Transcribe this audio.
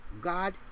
God